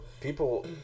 People